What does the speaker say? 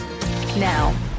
now